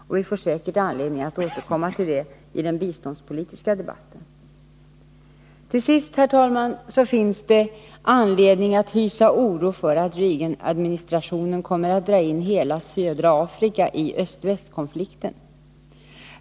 Vi får säkert anledning att återkomma till det i den biståndspolitiska debatten. Till sist, herr talman, finns det all anledning att hysa oro för att Reaganadministrationen kommer att dra in hela södra Afrika i östvästkonflikten.